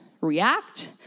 react